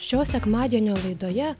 šio sekmadienio laidoje